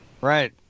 Right